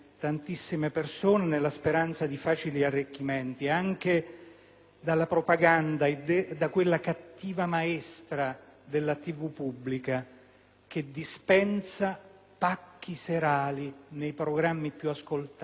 dalla propaganda di quella cattiva maestra della TV pubblica che dispensa pacchi serali nei programmi più ascoltati, invece di proporre cultura.